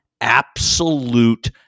absolute